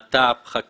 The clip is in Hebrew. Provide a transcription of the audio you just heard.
המשרד לביטחון פנים,